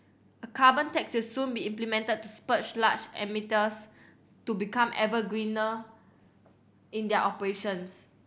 a carbon tax will soon be implemented to spur large emitters to become ever greener in their operations